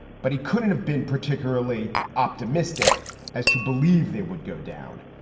but he couldn't have been particularly optimistic as to believe they would go down.